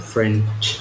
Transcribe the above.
French